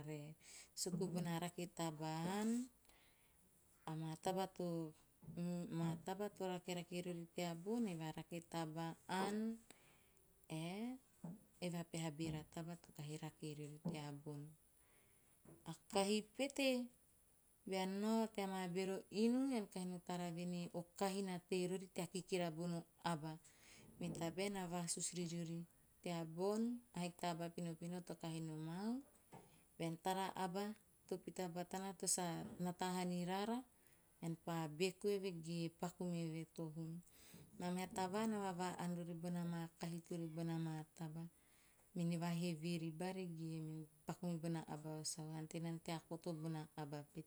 Suku bona rake taba ann. Amaa taba to rakerake riori teabon, eve a rake taba ann ae, eve a peha taba to kahi rake riori teabon. A kahi pete bean nao tea maa meha inu bon ean pa tara nao tea maa meha inu tea bon ean pa tara voanei o kahi na tei rori tea kikira bono aba, men tabae na vasus riori, "tea bon a haiki to aba to kahi nomau. Bean tara aba to pita batana to sa nata niraara, ean pa beku eve ge paku meve to hum. Moa meha tavaan na vava ann rori bona maa kahi teori bona maa taba mene va heve ribari ge paku mibona aba vosan. Na ante nana tea koto bona aba pete.